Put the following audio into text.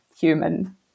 human